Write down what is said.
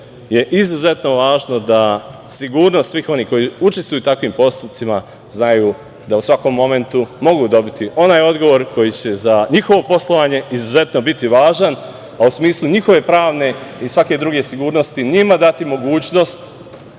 je izuzetno važno da sigurnost svih onih koji učestvuju u takvim postupcima znaju da u svakom momentu mogu dobiti onaj odgovor koji se za njihovo poslovanje izuzetno biti važan, a u smislu njihove pravne i svake druge sigurnosti njima dati mogućnost